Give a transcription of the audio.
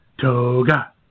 toga